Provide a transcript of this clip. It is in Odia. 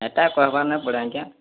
ହେଟା କହେବାର୍ ନାଇଁ ପଡ଼େ ଆଜ୍ଞା